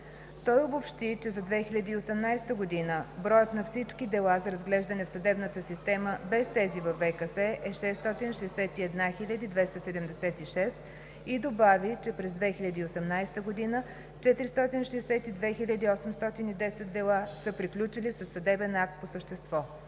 Той обобщи, че за 2018 г. броят на всички дела за разглеждане в съдебната система, без тези във ВКС, е 661 276 и добави, че през 2018 г. 462 810 дела са приключили със съдебен акт по същество.